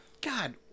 God